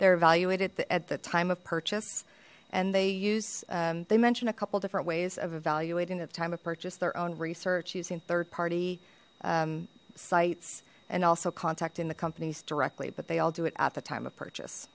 evaluated at the time of purchase and they use they mentioned a couple different ways of evaluating the time of purchase their own research using third party sites and also contacting the companies directly but they all do it at the time of purchase